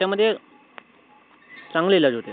याच्यामध्ये चांगला इलाज होते